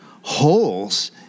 holes